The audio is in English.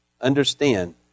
understand